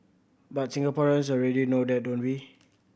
but Singaporeans already know that don't we